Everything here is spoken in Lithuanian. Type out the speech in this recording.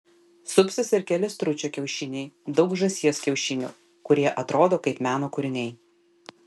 supsis ir keli stručio kiaušiniai daug žąsies kiaušinių kurie atrodo kaip meno kūriniai